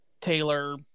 Taylor